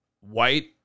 White